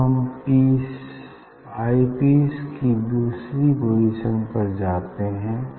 अब हम eyepiece की दूसरी पोजीशन पर जाते हैं